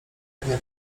jakim